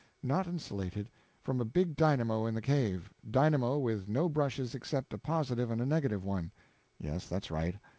not insulated from a big dynamo in the cave dynamo with no brushes except a positive and a negative one yes, that's right.